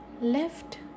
left